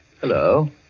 hello